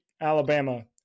Alabama